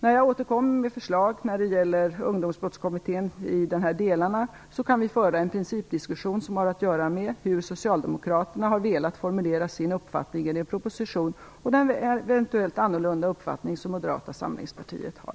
När jag återkommer med förslag när det gäller Ungdomsbrottskommittén i dessa delar kan vi föra en principdiskussion om hur socialdemokraterna har velat formulera sin uppfattning i en proposition och den eventuellt annorlunda uppfattning som Moderata samlingspartiet har.